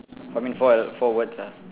I mean four four words ah